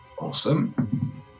Awesome